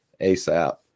ASAP